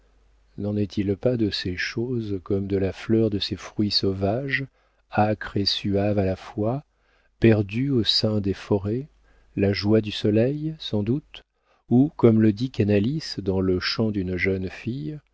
n'en est-il pas de ces choses comme de la fleur de ces fruits sauvages âcre et suave à la fois perdue au sein des forêts la joie du soleil sans doute ou comme le dit canalis dans le chant d'une jeune fille